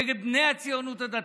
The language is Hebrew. נגד בני הציונות הדתית.